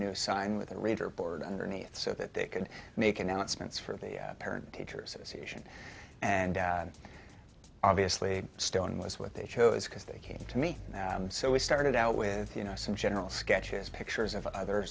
new sign with the reader board underneath so that they could make announcements for the parent teacher association and obviously a stone was what they chose because they came to me so we started out with you know some general sketches pictures of other